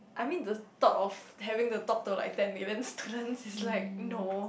I mean the thought of having to talk to like ten millions students is like no